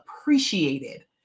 appreciated